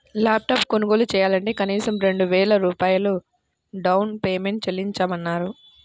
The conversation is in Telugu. ల్యాప్ టాప్ కొనుగోలు చెయ్యాలంటే కనీసం రెండు వేల రూపాయలు డౌన్ పేమెంట్ చెల్లించమన్నారు